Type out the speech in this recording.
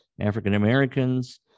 African-Americans